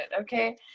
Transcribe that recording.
okay